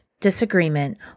disagreement